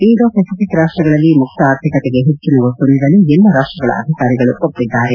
Indo Pacific ರಾಷ್ಟ್ರಗಳಲ್ಲಿ ಮುಕ್ತ ಆರ್ಥಿಕತೆಗೆ ಹೆಚ್ಚಿನ ಒತ್ತು ನೀಡಲು ಎಲ್ಲ ರಾಷ್ಟ್ರಗಳ ಅಧಿಕಾರಿಗಳು ಒಪ್ಪಿದ್ದಾರೆ